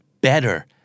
better